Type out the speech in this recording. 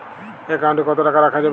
Account কত টাকা রাখা যাবে?